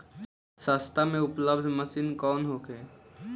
सस्ता में उपलब्ध मशीन कौन होखे?